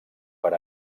per